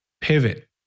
pivot